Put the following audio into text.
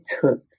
took